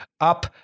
up